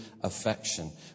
affection